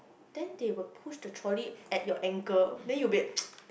then they will push the trolley at your ankle then you will be like